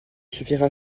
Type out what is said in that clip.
suffira